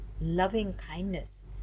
loving-kindness